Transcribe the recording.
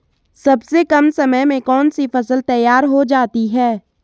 सबसे कम समय में कौन सी फसल तैयार हो जाती है?